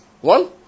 One